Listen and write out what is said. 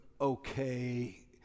okay